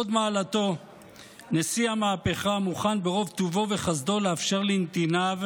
הוד מעלתו נשיא המהפכה מוכן ברוב טובו וחסדו לאפשר לנתיניו,